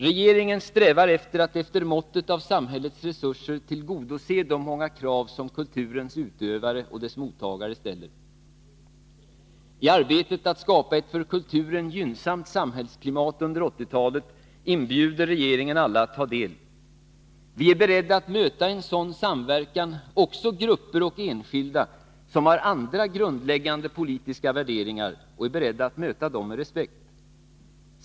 Regeringen strävar efter att efter måttet av samhällets resurser tillgodose de många krav som kulturens utövare och mottagare ställer. I arbetet på att skapa ett för kulturen gynnsamt samhällsklimat under 1980-talet inbjuder regeringen alla att ta del. Vi är beredda att i en sådan samverkan möta också grupper och enskilda som har andra grundläggande politiska värderingar, och är beredda att möta dem med respekt.